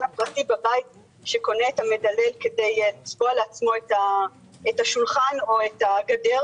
הפרטי בבית שקונה את המדלל כדי לצבוע לעצמו את השולחן או את הגדר,